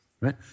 right